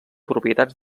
propietats